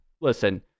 Listen